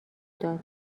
داد